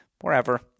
wherever